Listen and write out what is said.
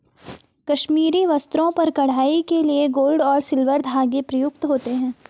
कश्मीरी वस्त्रों पर कढ़ाई के लिए गोल्ड और सिल्वर धागे प्रयुक्त होते हैं